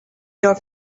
your